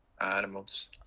animals